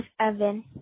Evan